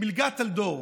מלגת טלדור,